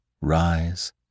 rise